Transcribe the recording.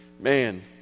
Man